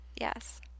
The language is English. Yes